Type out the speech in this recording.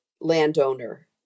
landowner